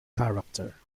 character